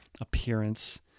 appearance